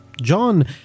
John